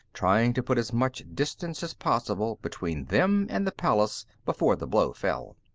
trying to put as much distance as possible between them and the palace before the blow fell.